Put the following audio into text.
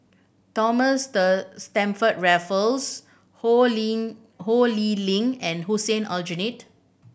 Thomas Stamford Raffles Ho Ling Ho Lee Ling and Hussein Aljunied